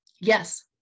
Yes